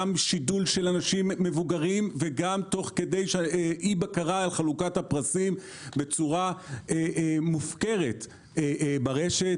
גם שידול של אנשים מבוגרים ואי בקרה על חלוקת הפרסים בצורה מופקרת ברשת.